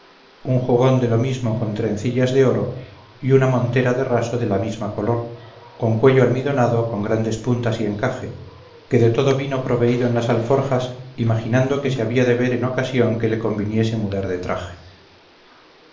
de lo mismo con trencillas de oro y una montera de raso de la misma color con cuello almidonado con grandes puntas y encaje que de todo vino proveído en las alforjas imaginando que se había de ver en ocasión que le conviniese mudar de traje